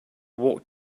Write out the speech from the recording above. walked